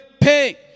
pay